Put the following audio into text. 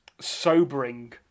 sobering